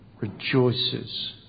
Rejoices